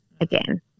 again